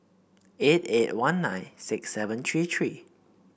eight eight one nine six seven three three